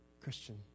Christian